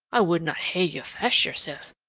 i would na hae you fash yoursel',